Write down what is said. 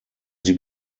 sie